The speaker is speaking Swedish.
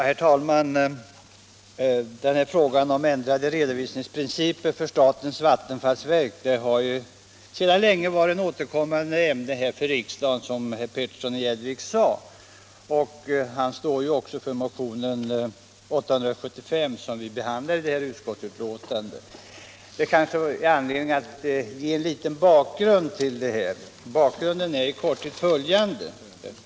Herr talman! Frågan om ändrade redovisningsprinciper för statens vattenfallsverk har sedan länge varit ett återkommande ämne för riksdagen, som herr Petersson i Gäddvik sade. Han står ju också för motionen 875, som vi behandlar i detta utskottsbetänkande. Det kanske finns anledning att ge en liten bakgrund. Den är i korthet följande.